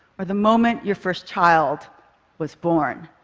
or the moment your first child was born,